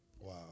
Wow